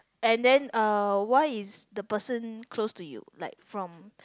and then uh why is the person close to you like from